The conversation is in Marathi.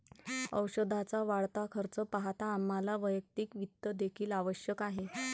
औषधाचा वाढता खर्च पाहता आम्हाला वैयक्तिक वित्त देखील आवश्यक आहे